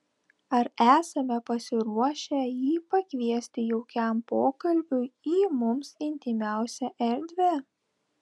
ar esame pasiruošę jį pakviesti jaukiam pokalbiui į mums intymiausią erdvę